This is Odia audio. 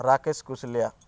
ରାକେଶ କୁଶିଲ୍ୟା